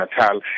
Natal